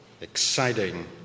exciting